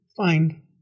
find